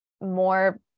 more